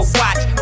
watch